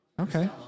Okay